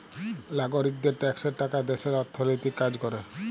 লাগরিকদের ট্যাক্সের টাকা দ্যাশের অথ্থলৈতিক কাজ ক্যরে